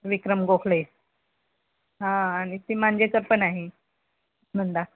विक्रम गोखले हां आणि ती मांजेकर पण आहे मंदा